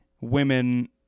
women